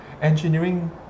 engineering